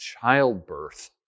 childbirth